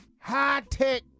high-tech